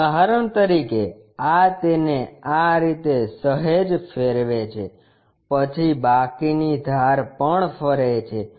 ઉદાહરણ તરીકે આ તેને આ રીતે સહેજ ફેરવે છે પછી બાકીની ધાર પણ ફરે છે